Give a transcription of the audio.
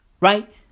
right